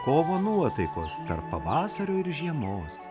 kovo nuotaikos tarp pavasario ir žiemos